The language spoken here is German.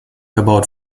erbaut